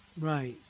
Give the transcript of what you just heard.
Right